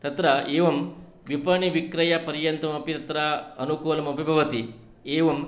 तत्र एवं विपणिविक्रयपर्यन्तमपि तत्र अनुकूलमपि भवति एवं